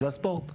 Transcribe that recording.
זה הספורט.